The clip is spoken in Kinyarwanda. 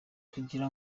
kugira